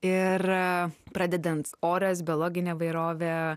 ir pradedant oras biologinė įvairovė